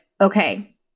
okay